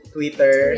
Twitter